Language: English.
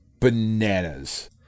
bananas